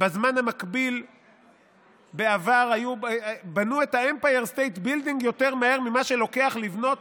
בזמן המקביל בעבר בנו את בניין האמפייר סטייט מהר יותר ממה שלוקח לבנות